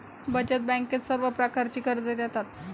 बचत बँकेत सर्व प्रकारची कर्जे देतात